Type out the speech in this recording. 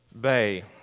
Bay